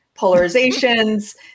polarizations